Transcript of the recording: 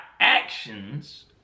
actions